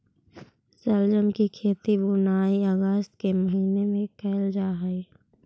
शलजम की खेती बुनाई अगस्त के महीने में करल जा हई